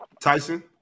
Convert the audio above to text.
Tyson